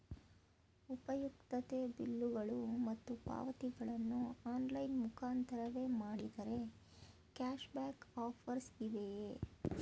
ಉಪಯುಕ್ತತೆ ಬಿಲ್ಲುಗಳು ಮತ್ತು ಪಾವತಿಗಳನ್ನು ಆನ್ಲೈನ್ ಮುಖಾಂತರವೇ ಮಾಡಿದರೆ ಕ್ಯಾಶ್ ಬ್ಯಾಕ್ ಆಫರ್ಸ್ ಇವೆಯೇ?